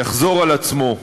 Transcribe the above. יחזור על עצמו.